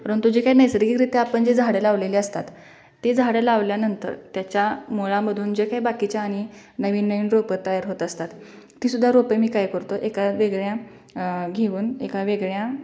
परंतु जे काय नैसर्गिगरीत्या आपण जे झाडं लावलेली असतात ती झाडं लावल्यानंतर त्याच्या मुळांमधून जे काय बाकीचे आणि नवीन नवीन रोपं तयार होत असतात तीसुद्धा रोपे मी काय करतो एका वेगळ्या घेऊन एका वेगळ्या